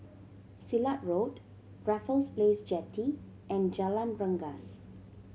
Silat Road Raffles Place Jetty and Jalan Rengas